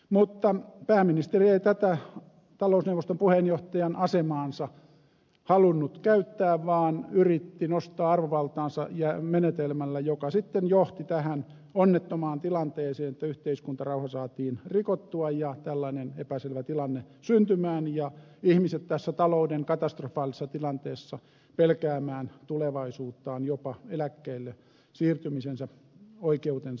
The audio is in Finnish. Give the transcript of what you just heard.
mutta pääministeri ei tätä talousneuvoston puheenjohtajan asemaansa halunnut käyttää vaan yritti nostaa arvovaltaansa menetelmällä joka sitten johti tähän onnettomaan tilanteeseen että yhteiskuntarauha saatiin rikottua ja tällainen epäselvä tilanne syntymään ja ihmiset tässä talouden katastrofaalisessa tilanteessa pelkäämään tulevaisuuttaan jopa eläkkeelle siirtymisen oikeutensa osalta